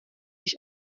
než